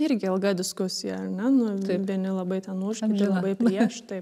irgi ilga diskusija ar ne nu vieni labai ten už kiti labai prieš taip